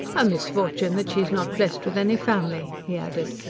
a misfortune that she is not blessed with any family, he added.